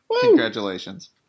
Congratulations